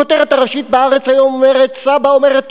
הכותרת הראשית ב"הארץ" אומרת: "סבא"א אומרת: